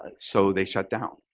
ah so they shut down.